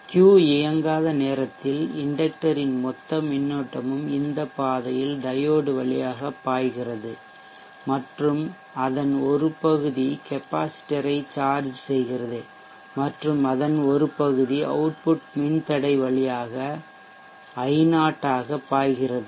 Q இயங்காத நேரத்தில் inductor யின் மொத்த மின்னோட்டமும் இந்த பாதையில் டையோடு வழியாக பாய்கிறது மற்றும் அதன் ஒரு பகுதி கெப்பாசிட்டர் ஐ சார்ஜ் செய்கிறது மற்றும் அதன் ஒரு பகுதி அவுட்புட் மின்தடை வழியாக I0 ஆக பாய்கிறது